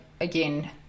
again